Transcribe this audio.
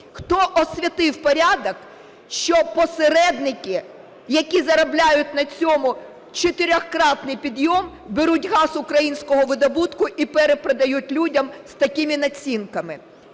хто "освятив" порядок, що посередники, які заробляють на цьому чотирьохкратний підйом, беруть газ українського видобутку і перепродають людям з такими націнками?